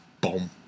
boom